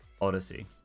Odyssey